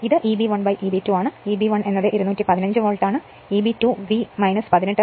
ഇത് Eb 1 Eb 2 ആണ് Eb 1 എന്നത് 215 വോൾട്ട് ആണ് Eb 2 V 18